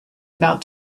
about